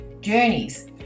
journeys